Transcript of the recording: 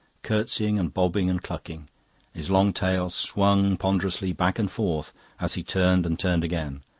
curtseying and bobbing and clucking his long tail swung ponderously back and forth as he turned and turned again.